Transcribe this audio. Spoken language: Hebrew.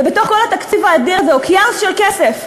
ובתוך כל התקציב האדיר הזה, אוקיינוס של כסף,